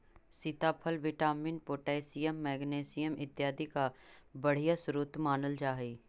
सीताफल vitamin, potassium, magnesium इत्यादि का बढ़िया स्रोत मानल जा हई